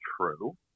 true